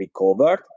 recovered